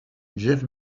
jeff